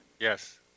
yes